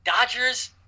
Dodgers